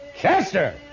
Chester